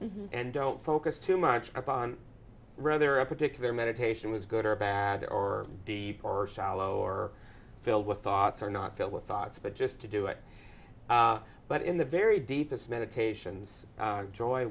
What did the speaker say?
and don't focus too much upon rather a particular meditation was good or bad or deep or shallow or filled with thoughts are not filled with thoughts but just to do it but in the very deepest